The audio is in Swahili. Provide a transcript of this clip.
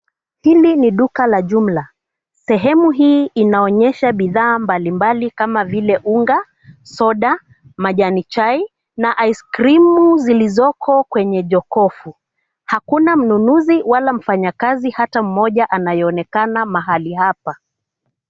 Hili ni duka la jumla. Sehemu hii inaonyesha bidhaa mbalimbali kama vile unga, soda, majani chai, na aiskrimu zilizoko kwenye jokofu. Hakuna mnunuzi wala mfanyakazi hata mmoja anayeonekana mahali hapa.